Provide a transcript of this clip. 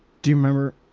do you remember.